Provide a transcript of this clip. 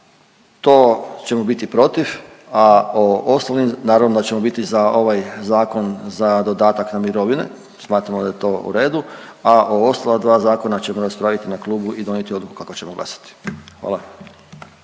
to ćemo biti protiv, a o ostalim naravno da ćemo biti za ovaj zakon za dodatak na mirovine. Smatramo da je to u redu, a o ostala dva zakona ćemo raspraviti na klubu i donijeti odluku kako ćemo glasati. Hvala.